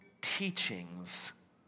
teachings